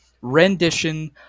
rendition